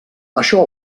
això